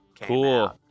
Cool